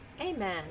Amen